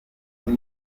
naho